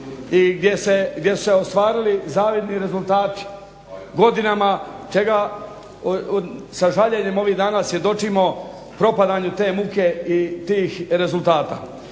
i gdje su se ostvarili zavidni rezultati. Godinama čega sa žaljenjem ovih dana svjedočimo propadanju te muke i tih rezultata.